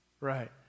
Right